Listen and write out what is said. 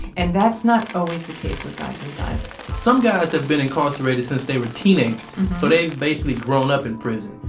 and that's not always the case with guys inside some guys have been incarcerated since they were teenagers, so they've basically grown up in prison.